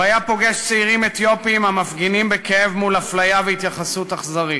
הוא היה פוגש צעירים אתיופים המפגינים בכאב מול אפליה והתייחסות אכזרית,